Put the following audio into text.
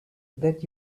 that